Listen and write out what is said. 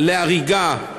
ל"הריגה".